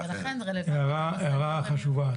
הערה חשובה.